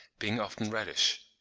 being often reddish.